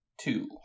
Two